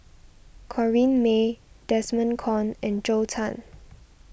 Corrinne May Desmond Kon and Zhou Can